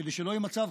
כדי שלא יהיה מצב,